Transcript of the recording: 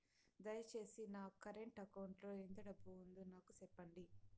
దయచేసి నా current account లో ఎంత డబ్బు ఉందో నాకు సెప్పండి